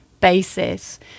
basis